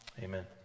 Amen